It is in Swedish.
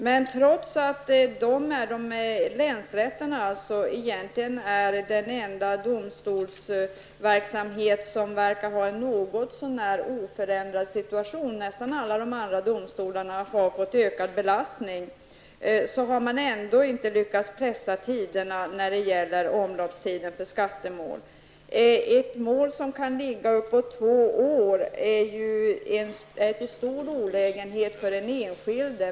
Men trots att länsrätterna är den enda domstolsverksamhet som verkar ha en något så när oförändrad arbetssituation, nästan alla de andra domstolarna har fått ökad belastning, har man ändå inte lyckats pressa tiderna för skattemål. Ett mål som ligga uppåt två år är till stor olägenhet för den enskilde.